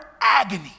agony